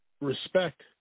respect